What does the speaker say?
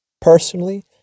personally